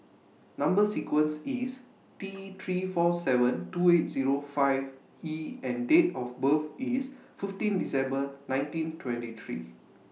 Number sequence IS T three four seven two eight Zero five E and Date of birth IS fifteen December nineteen twenty three